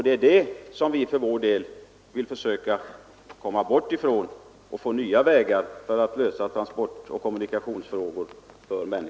Det är det som vi för vår del vill försöka komma bort från. Vi vill finna nya vägar för att lösa transportoch kommunikationsproblemen.